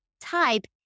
type